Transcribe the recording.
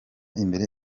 imbere